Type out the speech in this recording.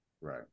right